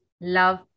love